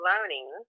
learning